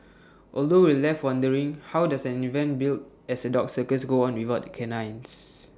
although we left wondering how does an event billed as A dog circus go on without the canines